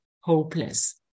hopeless